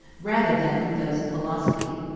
rather than from those of philosophy.